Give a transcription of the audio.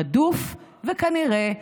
רדוף וכנראה,